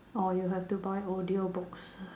or you have to buy audiobooks